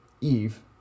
Eve